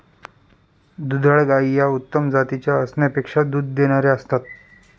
दुधाळ गायी या उत्तम जातीच्या असण्यापेक्षा दूध देणाऱ्या असतात